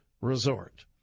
Resort